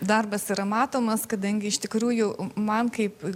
darbas yra matomas kadangi iš tikrųjų man kaip